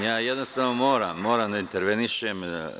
Ja jednostavno moram da intervenišem.